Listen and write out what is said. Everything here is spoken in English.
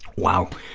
wow,